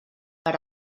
per